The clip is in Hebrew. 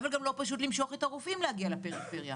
אבל גם לא פשוט למשוך את הרופאים להגיע לפריפריה.